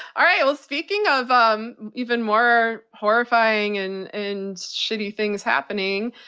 alright, speaking of um even more horrifying and and shitty things happening,